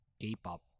K-pop